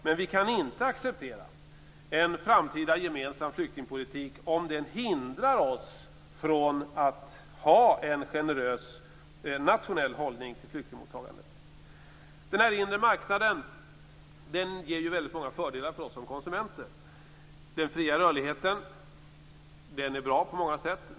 Men vi kan inte acceptera en framtida gemensam flyktingpolitik om den hindrar oss från att ha en generös nationell hållning till flyktingmottagandet. Den inre marknaden ger många fördelar för oss som konsumenter. Den fria rörligheten är bra på många sätt.